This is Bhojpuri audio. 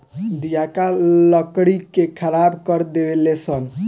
दियाका लकड़ी के खराब कर देवे ले सन